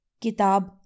kitab